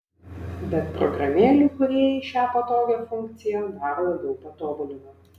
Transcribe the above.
bet programėlių kūrėjai šią patogią funkciją dar labiau patobulino